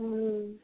हम